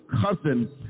cousin